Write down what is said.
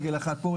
רגל אחת פה,